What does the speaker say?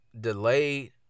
Delayed